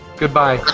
goodbye!